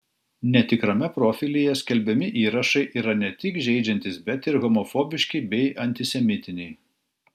netikrame profilyje skelbiami įrašai yra ne tik žeidžiantys bet ir homofobiški bei antisemitiniai